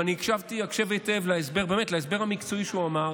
ואני הקשבתי הקשב היטב להסבר המקצועי שהוא אמר,